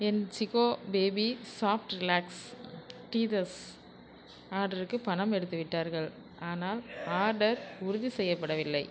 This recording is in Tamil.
என் Chicco baby soft relax teethers ஆட்ருக்கு பணம் எடுத்துவிட்டார்கள் ஆனால் ஆடர் உறுதி செய்யப்படவில்லை